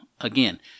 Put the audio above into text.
Again